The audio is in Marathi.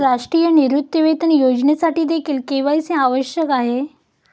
राष्ट्रीय निवृत्तीवेतन योजनेसाठीदेखील के.वाय.सी आवश्यक आहे